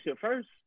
first